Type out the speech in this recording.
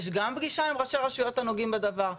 יש גם פגישה עם ראשי רשויות והנוגעים בדבר.